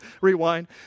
rewind